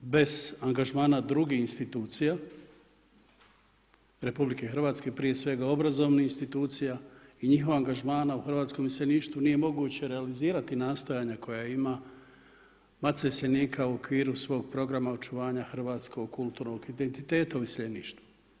Bez angažmana drugih institucija RH prije svega obrazovnih institucija i njihovog angažmana u hrvatskom iseljeništvu nije moguće realizirati nastojanja koja ima matica iseljenika u okviru svog programa očuvanja hrvatskog, kulturnog identiteta u iseljeništvu.